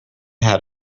had